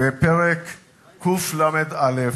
בפרק קל"א,